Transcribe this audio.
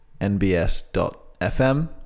nbs.fm